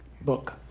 book